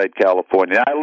California